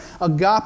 Agape